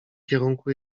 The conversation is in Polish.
kierunku